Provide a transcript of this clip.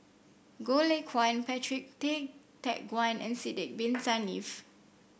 Goh Lay Kuan Patrick Tay Teck Guan and Sidek Bin Saniff